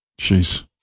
Jeez